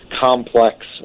complex